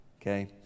Okay